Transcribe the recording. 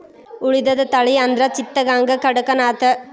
ಉಳಿದದ ತಳಿ ಅಂದ್ರ ಚಿತ್ತಗಾಂಗ, ಕಡಕನಾಥ